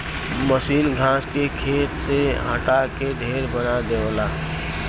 मसीन घास के खेत से हटा के ढेर बना देवला